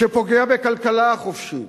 שפוגע בכלכלה החופשית,